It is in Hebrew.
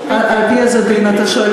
על-פי איזה דין אתה שואל,